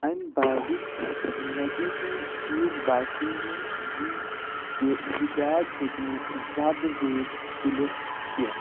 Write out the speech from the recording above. اَمہِ بیگُک نَگیٹیوٗ چیٖز باسیٚو مےٚ یی کہ یہِ بیگ ہیٚکہِ نہٕ زیادٕ ویٹ تُلِتھ کینٛہہ